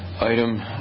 Item